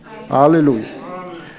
Hallelujah